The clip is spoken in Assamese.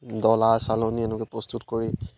ডলা চালনী এনেকৈ প্ৰস্তুত কৰি